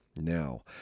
Now